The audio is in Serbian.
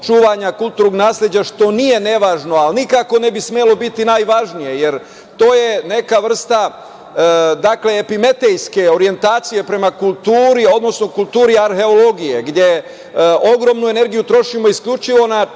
čuvanja kulturnog nasleđa što nije nevažno, ali nikako ne bi smelo biti najvažnije. Jer, to je neka vrsta epimetejske orijentacije prema kulturi, odnosno kulturi arheologije, gde ogromnu energiju trošimo isključivo na